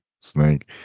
snake